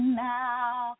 now